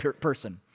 person